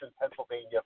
Pennsylvania